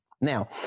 Now